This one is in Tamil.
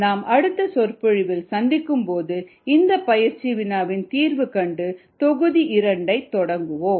நாம் அடுத்த சொற்பொழிவில் சந்திக்கும்போது இந்த பயிற்சி வினாவின் தீர்வு கண்டு தொகுதி 2 ஐத் தொடங்குவோம்